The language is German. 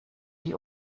die